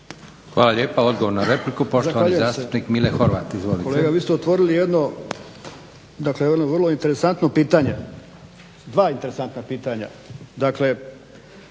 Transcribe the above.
Hvala lijepa. Odgovor na repliku poštovani zastupnik Mile Horvat. Izvolite. **Horvat, Mile (SDSS)** Kolega vi ste otvorili jedno, dakle jedno vrlo interesantno pitanje, dva interesantna pitanja. Dakle,